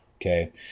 Okay